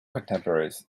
contemporaries